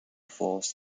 force